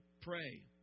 pray